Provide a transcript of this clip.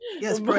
Yes